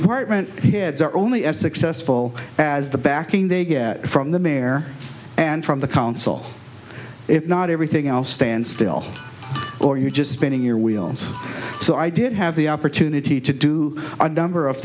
department heads are only as successful as the backing they get from the mare and from the council if not everything else stand still or you're just spinning your wheels so i did have the opportunity to do a number of